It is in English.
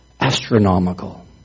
astronomical